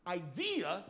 idea